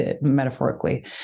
metaphorically